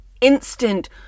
instant